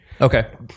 okay